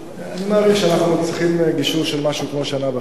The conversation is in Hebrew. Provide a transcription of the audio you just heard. אני מעריך שאנחנו צריכים גישור של משהו כמו שנה וחצי.